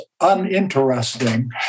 uninteresting